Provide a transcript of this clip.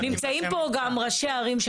ונמצאים פה גם ראשי הערים,